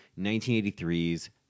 1983's